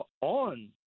on